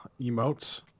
emotes